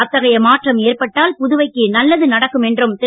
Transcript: அத்தகைய மாற்றம் ஏற்பட்டால் புதுவைக்கு நல்லது நடக்கும் என்றும் திரு